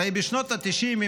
הרי בשנות התשעים,